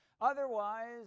Otherwise